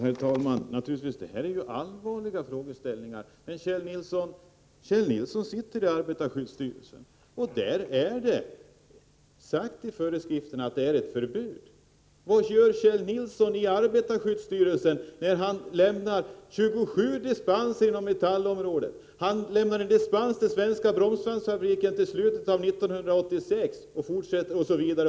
Herr talman! Det gäller naturligtvis allvarliga frågor. Det finns nu emellertid ett förbud mot asbest. Kjell Nilsson sitter i arbetarskyddsstyrelsen. Vad tänker Kjell Nilsson på, när han lämnar 27 dispenser inom metallområdet, dispens till Svenska Bromsbandsfabriken AB till slutet av 1986 osv.?